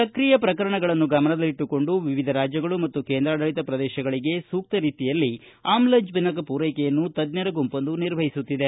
ಸಕ್ರಿಯ ಪ್ರಕರಣಗಳನ್ನು ಗಮನದಲ್ಲಿಟ್ಟುಕೊಂಡು ವಿವಿಧ ರಾಜ್ಯಗಳು ಮತ್ತು ಕೇಂದ್ರಾಡಳತ ಪ್ರದೇಶಗಳಗೆ ಸೂಕ್ತ ರೀತಿಯಲ್ಲಿ ಆಮ್ಲಜನಕ ಪೂರೈಕೆಯನ್ನು ತಜ್ಜರ ಗುಂಪೊಂದು ನಿರ್ವಹಿಸುತ್ತಿದೆ